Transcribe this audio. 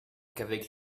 qu’avec